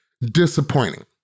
Disappointing